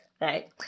Right